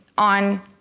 on